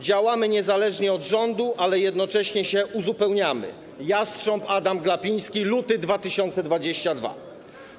Działamy niezależnie od rządu, ale jednocześnie się uzupełniamy - jastrząb Adam Glapiński, luty 2022 r.